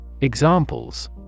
Examples